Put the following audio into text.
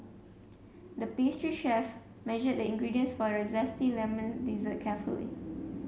the pastry chef measured the ingredients for a zesty lemon dessert carefully